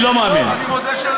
לא, לא, לא.